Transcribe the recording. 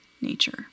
nature